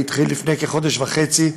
והתחיל לפני כחודש וחצי,